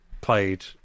played